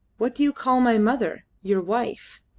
what do you call my mother, your wife?